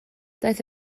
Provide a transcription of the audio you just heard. daeth